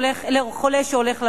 לחולה שהולך למות.